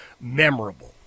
memorable